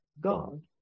God